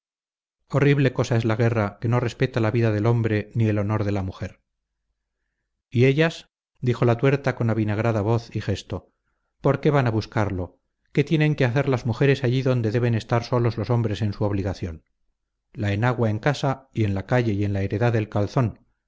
horrible cosa es la guerra que no respeta la vida del hombre ni el honor de la mujer y ellas dijo la tuerta con avinagrada voz y gesto por qué van a buscarlo qué tienen que hacer las mujeres allí donde deben estar solos los hombres en su obligación la enagua en casa y en la calle y en la heredad el calzón